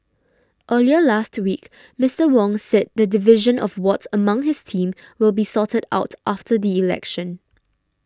earlier last week Mister Wong said the division of wards among his team will be sorted out after the election